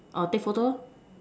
take photo